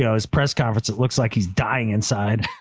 ah his press conference. it looks like he's dying inside.